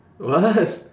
what